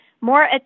more